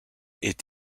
est